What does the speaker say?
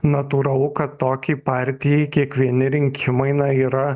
natūralu kad tokiai partijai kiekvieni rinkimai na yra